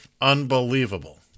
unbelievable